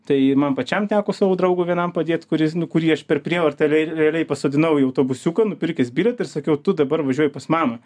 tai man pačiam teko savo draugui vienam padėt kuris nu kurį aš per prievartą ir re realiai pasodinau į autobusiuką nupirkęs bilietą ir sakiau tu dabar važiuoji pas mamą